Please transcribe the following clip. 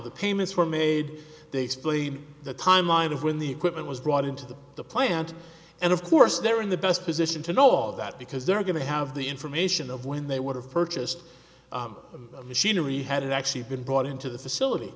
the payments were made they explain the timeline of when the equipment was brought into the plant and of course they're in the best position to know all that because they're going to have the information of when they would have purchased machinery had actually been brought into the facility